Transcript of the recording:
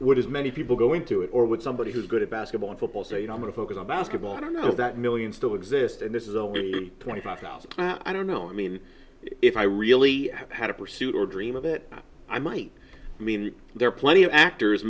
would as many people go into it or would somebody who's good at basketball and football say you know i'm going to focus on basketball i don't know that million still exist and this is only twenty five thousand i don't know i mean if i really had a pursuit or dream of it i might mean there are plenty of actors